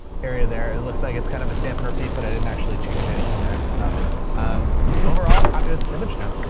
area there, it looks like it's kind of a stamping repeat, but i didn't actually change anything there. so i'm overall happy with this image. now